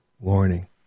warning